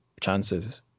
chances